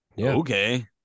Okay